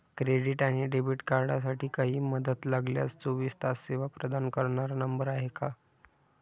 Credit आणि debit कार्डसाठी काही मदत लागल्यास चोवीस तास सेवा प्रदान करणारा नंबर आहे का?